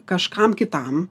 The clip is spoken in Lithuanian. kažkam kitam